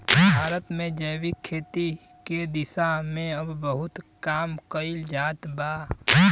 भारत में जैविक खेती के दिशा में अब बहुत काम कईल जात बा